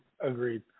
Agreed